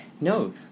no